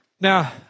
Now